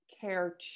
care